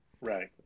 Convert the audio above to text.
Right